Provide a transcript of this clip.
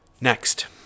Next